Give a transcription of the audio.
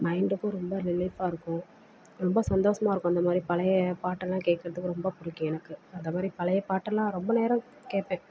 மைண்டுக்கு ரொம்ப ரிலீஃப்பாக இருக்கும் ரொம்ப சந்தோஷமா இருக்கும் அந்த மாதிரி பழைய பாட்டெல்லாம் கேட்குறதுக்கு ரொம்ப பிடிக்கும் எனக்கு அந்த மாதிரி பழைய பாட்டெல்லாம் ரொம்ப நேரம் கேட்பேன்